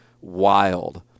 wild